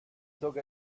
dug